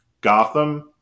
Gotham